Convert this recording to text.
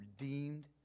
redeemed